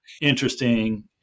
interesting